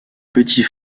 petit